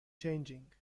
changing